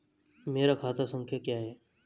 मेरा खाता संख्या क्या है?